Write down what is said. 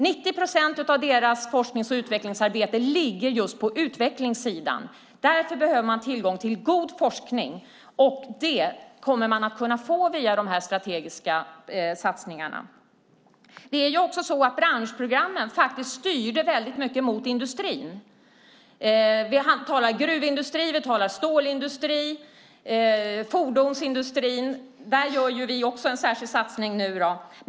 90 procent av deras forsknings och utvecklingsarbete ligger just på utvecklingssidan. Därför behöver de ha tillgång till god forskning, och det kommer de att få via de här strategiska satsningarna. Branschprogrammen styrde mycket mot industrin. Vi talar då om gruvindustri, stålindustri och fordonsindustri - där också vi gör en särskild satsning nu.